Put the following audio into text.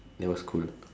that was cool